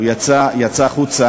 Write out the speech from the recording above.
הוא יצא החוצה.